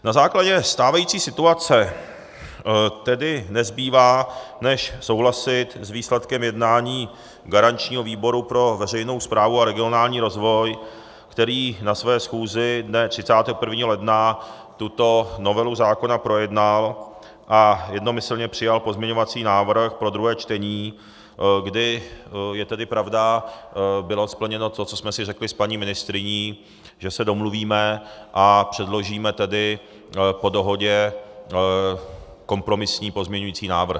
Na základě stávající situace tedy nezbývá než souhlasit s výsledkem jednání garančního výboru pro veřejnou správu a regionální rozvoj, který na své schůzi dne 31. ledna tuto novelu zákona projednal a jednomyslně přijal pozměňovací návrh pro druhé čtení, kdy je tedy pravda, bylo plněno to, co jsme si řekli s paní ministryní, že se domluvíme a předložíme tedy po dohodě kompromisní pozměňovací návrh.